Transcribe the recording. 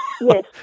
Yes